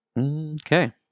Okay